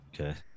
Okay